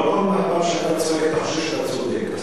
לא כל פעם שאתה צועק תחשוב שאתה צודק.